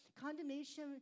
Condemnation